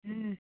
हँ